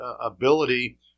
ability